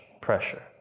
pressure